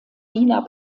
wiener